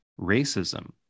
racism